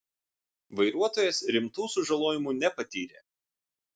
vairuotojas rimtų sužalojimų nepatyrė